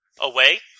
away